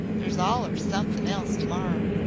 there's allers somethin' else to-morrer.